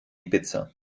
ibiza